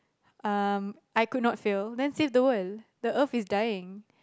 um I could not fail then save the world the Earth is dying